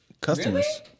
customers